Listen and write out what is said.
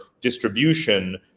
distribution